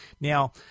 Now